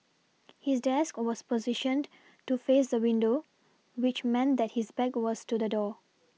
his desk was positioned to face the window which meant that his back was to the door